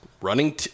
running